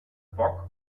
bock